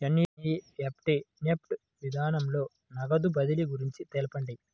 NEFT NEFT విధానంలో నగదు బదిలీ గురించి తెలుపండి?